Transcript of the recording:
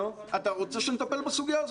אתה רוצה שנטפל בסוגיה הזאת?